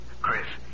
Chris